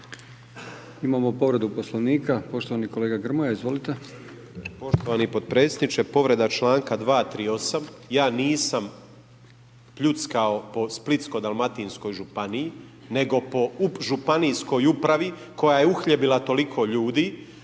Imamo povredu Poslovnika. Poštovani kolega Grmoja izvolite. **Grmoja, Nikola (MOST)** Poštovani potpredsjedniče, povreda članka 238. ja nisam pljuckao po Splitsko-dalmatinskoj županiji nego po Županijskog upravi koja je uhljebila toliko ljudi.